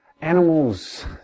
Animals